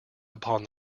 upon